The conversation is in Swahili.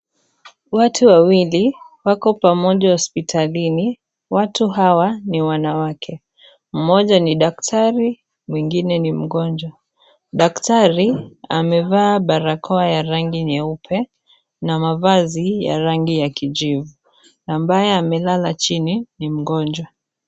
Watu wawili wako pamoja hospitalini watu hawa ni wanawake, mmoja ni daktari mwingine ni mgonjwa, daktari amevaa barakoa ya rangi nyeupe na mavazi ya rangi ya kijivu, ambaye amelala chini ni mgonjwa.